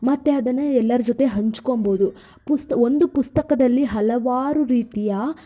ಮತ್ತು ಅದನ್ನು ಎಲ್ಲರ ಜೊತೆ ಹಂಚ್ಕೊಬೌದು ಪುಸ್ತ ಒಂದು ಪುಸ್ತಕದಲ್ಲಿ ಹಲವಾರು ರೀತಿಯ